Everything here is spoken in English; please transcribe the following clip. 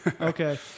Okay